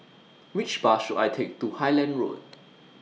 Which Bus should I Take to Highland Road